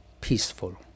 peaceful